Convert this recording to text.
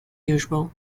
usual